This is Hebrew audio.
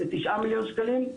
כתשעה מיליון שקלים,